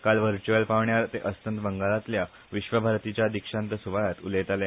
काल व्हर्च्य्अल पावण्यार ते अस्तंत बंगालातल्या विश्वभारतीच्या दिक्षांत सुवाळ्यान उलयताले